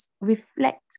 reflect